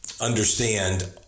understand